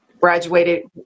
graduated